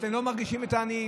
אתם לא מרגישים את העניים,